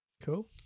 Cool